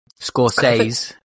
Scorsese